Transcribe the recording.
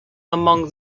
among